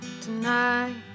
Tonight